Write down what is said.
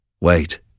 wait